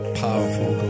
powerful